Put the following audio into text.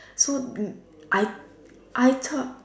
so I I